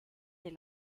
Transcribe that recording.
des